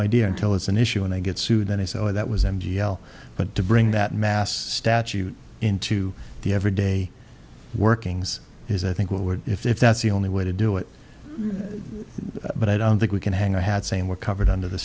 idea until it's an issue and i get sued then i saw that was m g l but to bring that mass statute into the every day workings is i think we're if that's the only way to do it but i don't think we can hang our hat same were covered under the